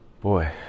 boy